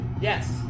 Yes